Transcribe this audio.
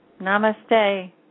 namaste